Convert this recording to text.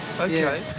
Okay